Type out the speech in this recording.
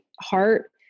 heart